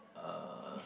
uh